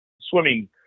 Swimming